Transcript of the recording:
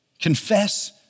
confess